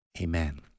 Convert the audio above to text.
Amen